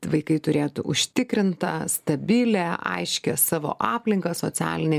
vaikai turėtų užtikrintą stabilią aiškią savo aplinką socialinę